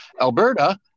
Alberta